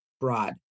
broad